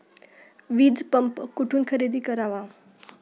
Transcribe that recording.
वीजपंप कुठून खरेदी करावा?